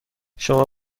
شما